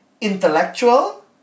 intellectual